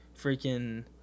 freaking